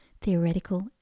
theoretical